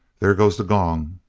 there goes the gong!